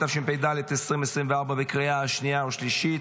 התשפ"ה 2024 בקריאה השנייה והשלישית.